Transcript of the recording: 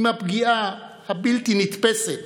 עם הפגיעה הבלתי-נתפסת